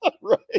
Right